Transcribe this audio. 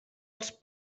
als